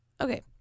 okay